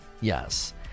Yes